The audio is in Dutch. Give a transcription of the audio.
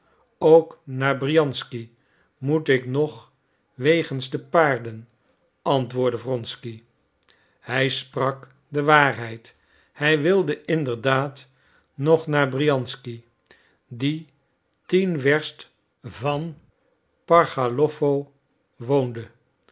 ook naar briansky moet ik nog wegens de paarden antwoordde wronsky hij sprak de waarheid hij wilde inderdaad nog naar briansky die tien werst van pargalowo woonde